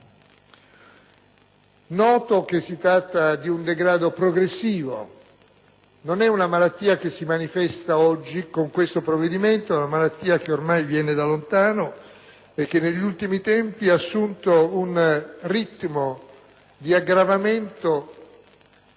Noto che si tratta di un degrado progressivo. Non è una malattia che si manifesta oggi con questo provvedimento, ma è una malattia che viene da lontano e che, negli ultimi tempi, ha assunto un ritmo di aggravamento